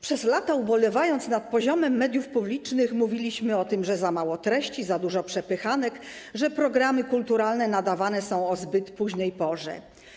Przez lata, ubolewając nad poziomem mediów publicznych, mówiliśmy o tym, że za mało treści, za dużo przepychanek, że programy kulturalne nadawane są o zbyt późnej porze.